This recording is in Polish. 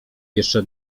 jeszcze